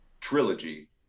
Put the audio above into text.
trilogy